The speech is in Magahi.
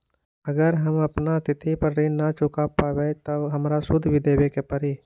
अगर हम अपना तिथि पर ऋण न चुका पायेबे त हमरा सूद भी देबे के परि?